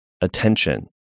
attention